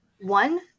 One